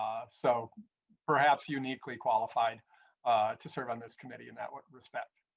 so perhaps uniquely qualified to serve on this committee and that would respect.